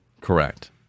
Correct